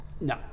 No